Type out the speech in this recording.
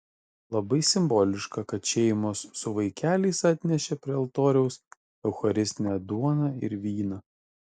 labai simboliška kad šeimos su vaikeliais atnešė prie altoriaus eucharistinę duoną ir vyną